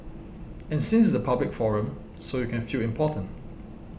and since it's a public forum so you can feel important